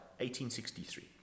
1863